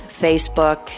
Facebook